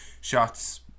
shots